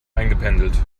eingependelt